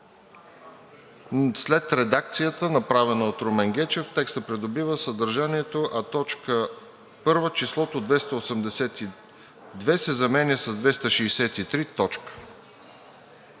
След редакцията, направена от Румен Гечев, текстът придобива съдържанието: „а в т. 1 числото „282“ се заменя с „263“.“